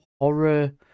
horror